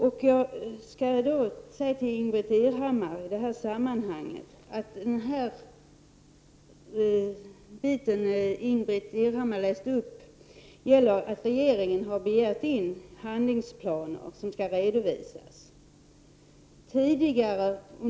Jag vill säga till Ingbritt Irhammar att det stycke som hon läste upp går ut på att regeringen har begärt att få in redovisningar av handlingsplaner.